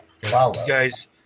Guys